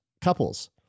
couples